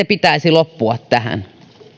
pitäisi loppua tähän